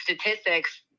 statistics